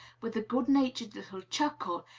with a good-natured little chuckle,